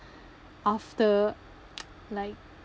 after like